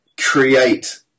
create